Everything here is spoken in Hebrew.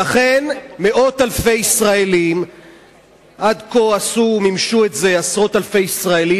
לכן עד כה מימשו את זה עשרות אלפי ישראלים,